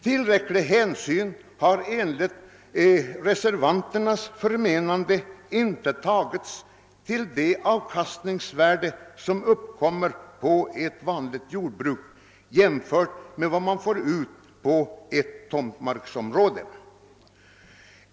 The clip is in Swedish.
Enligt reservanternas förmenande har tillräckliga hänsyn inte tagits till avkastningsvärdet på ett jordbruk, jämfört med vad man får ut för ett tomtmarksområde.